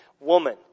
Woman